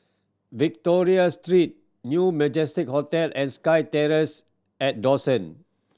Victoria Street New Majestic Hotel and SkyTerrace and Dawson